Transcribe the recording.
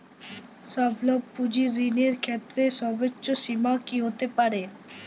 স্বল্প পুঁজির ঋণের ক্ষেত্রে সর্ব্বোচ্চ সীমা কী হতে পারে?